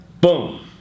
Boom